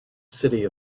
city